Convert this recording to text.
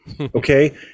okay